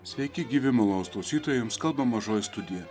sveiki gyvi malonūs klausytojai jums kalba mažoji studija